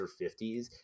50s